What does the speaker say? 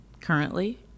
currently